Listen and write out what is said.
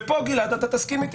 ופה גלעד, אתה תסכים איתי.